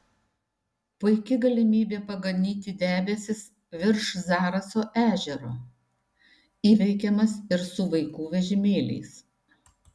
puiki galimybė paganyti debesis virš zaraso ežero įveikiamas ir su vaikų vežimėliais